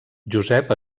josep